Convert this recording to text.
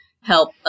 help